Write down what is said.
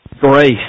grace